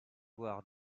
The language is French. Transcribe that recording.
voire